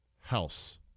house